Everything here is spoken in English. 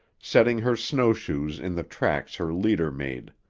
setting her snowshoes in the tracks her leader made.